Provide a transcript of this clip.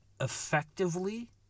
effectively